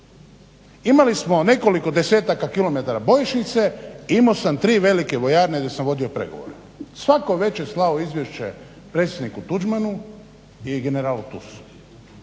Imali smo nekoliko desetaka kilometara bojišnice, imao sam tri velike vojarne gdje sam vodio pregovore. Svako veče slao izvješće predsjedniku Tuđmanu i generalu Tusu.